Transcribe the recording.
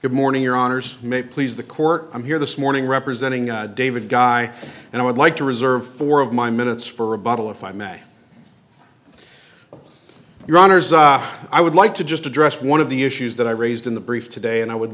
good morning your honors may please the court i'm here this morning representing david guy and i would like to reserve four of my minutes for rebuttal if i may your honor i would like to just address one of the issues that i raised in the brief today and i would